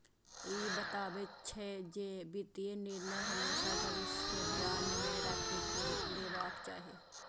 ई बतबै छै, जे वित्तीय निर्णय हमेशा भविष्य कें ध्यान मे राखि कें लेबाक चाही